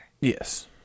Yes